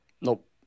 Nope